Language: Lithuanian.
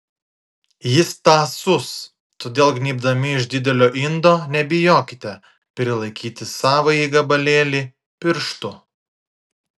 jis tąsus todėl gnybdami iš didelio indo nebijokite prilaikyti savąjį gabalėlį pirštu